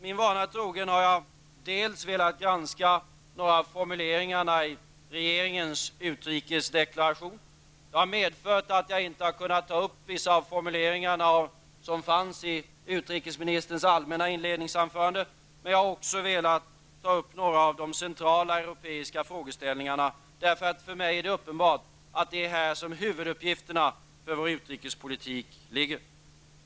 Min vana trogen har jag velat granska några av formuleringarna i regeringens utrikesdeklaration. Det har medfört att jag inte har kunnat ta upp vissa av formuleringarna i utrikesministerns allmänna inledningsanförande. Jag har också velat ta upp några av de centrala europeiska frågeställningarna. För mig är det nämligen uppenbart, att det är här som huvuduppgifterna för vår utrikespolitik ligger.